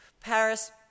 Paris